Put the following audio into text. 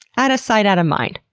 out of sight, out of mind.